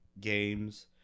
games